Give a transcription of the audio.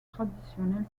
traditionnel